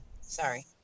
Sorry